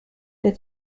est